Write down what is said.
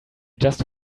just